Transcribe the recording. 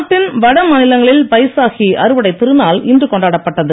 நாட்டின் வடமாநிலங்களில் பைசாகி அறுவடைத் திருநாள் இன்று கொண்டாடப்பட்டது